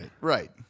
right